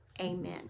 amen